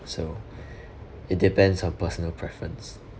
so it depends on personal preference